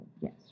yes